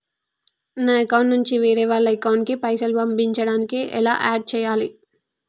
నా అకౌంట్ నుంచి వేరే వాళ్ల అకౌంట్ కి పైసలు పంపించడానికి ఎలా ఆడ్ చేయాలి?